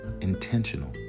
intentional